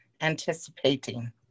anticipating